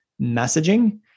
messaging